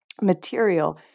material